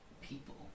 people